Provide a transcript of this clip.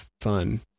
fun